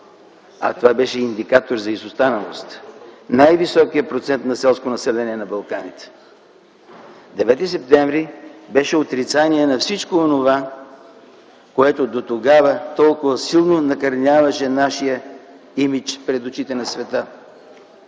а това беше индикатор за изостаналост, най-високият процент на селско население на Балканите. Девети септември беше отрицание на всичко онова, което дотогава толкова силно накърняваше нашия имидж пред очите на света.